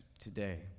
today